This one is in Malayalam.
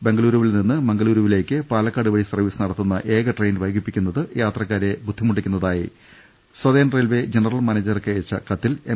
ബംഗളുരുവിൽ നിന്ന് മംഗളുരുവിലേക്ക് പാലക്കാട് വഴി സർവീസ് നടത്തുന്ന ഏക ട്രെയിൻ വൈകിപ്പിക്കുന്നത് യാത്രക്കാരെ ബുദ്ധിമുട്ടിക്കുന്നതായി സതേൺ റെയിൽവ ജനറൽ മാനേജർക്കയച്ച കത്തിൽ എം